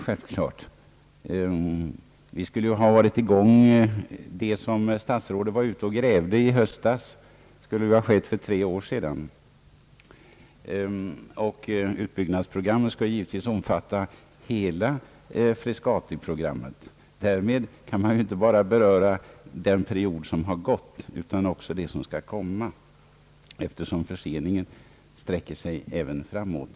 Den grävning statsrådet gjorde i höstas skulle ha ägt rum för tre år sedan, och utbyggnadsprogrammet skall givetvis omfatta hela Frescatiområdet. Man kan alltså inte endast beröra den period som gått, utan måste också ta med i bilden det som skall komma. Förseningen sträcker sig nämligen även framåt.